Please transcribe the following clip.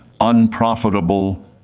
unprofitable